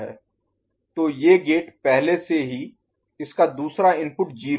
तो ये गेट पहले से ही इसका दूसरा इनपुट 0 है